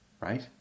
Right